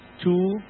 Two